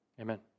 amen